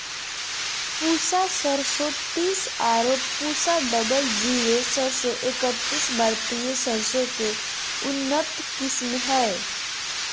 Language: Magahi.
पूसा सरसों तीस आरो पूसा डबल जीरो सरसों एकतीस भारतीय सरसों के उन्नत किस्म हय